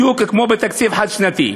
בדיוק כמו בתקציב חד-שנתי.